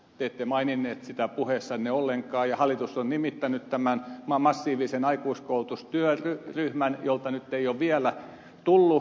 te ette maininnut sitä puheessanne ollenkaan ja hallitus on nimittänyt tämän massiivisen aikuiskoulutustyöryhmän jolta nyt ei ole vielä tullut mitään